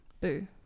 Boo